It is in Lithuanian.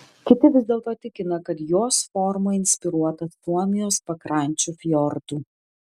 kiti vis dėlto tikina kad jos forma inspiruota suomijos pakrančių fjordų